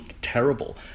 terrible